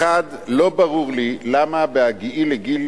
לא ברור לי למה בהגיעי לגיל